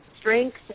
strengths